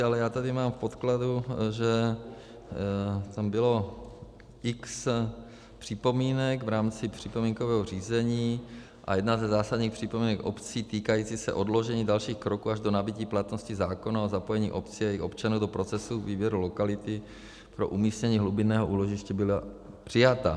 Ale mám tady v podkladu, že tam bylo x připomínek v rámci připomínkového řízení a jedna ze zásadních připomínek obcí týkající se odložení dalších kroků až do nabytí platnosti zákona o zapojení obcí a jejich občanů do procesu výběru lokality pro umístění hlubinného úložiště byla přijata.